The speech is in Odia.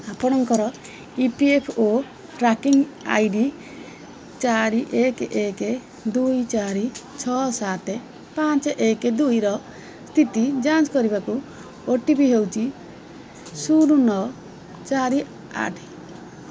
ଆପଣଙ୍କର E P F O tracking ID ଚାରି ଏକ ଏକ ଦୁଇ ଚାରି ଛଅ ସାତ ପାଞ୍ଚ ଏକ ଦୁଇର ସ୍ଥିତି ଯାଞ୍ଚ କରିବାକୁ ଓ ଟି ପି ହେଉଛି ଶୂନ ନଅ ଚାରି ଆଠ